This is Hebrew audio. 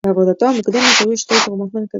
בעבודתו המוקדמת היו שתי תרומות מרכזיות.